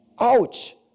Ouch